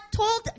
told